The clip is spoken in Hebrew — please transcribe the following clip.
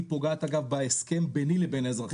היא פוגעת אגב בהסכם ביני לבין האזרחים.